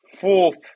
fourth